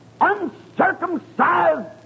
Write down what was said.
uncircumcised